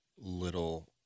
little